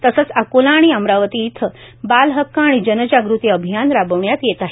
तसंच अकोला आणि अमरावती इथं बाल हक्क आणि जनजागृती अभियान राबविण्यात येत आहे